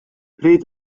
pryd